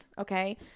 Okay